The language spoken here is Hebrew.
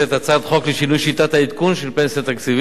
הצעת חוק לשינוי שיטת העדכון של פנסיה תקציבית.